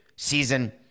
season